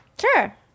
Sure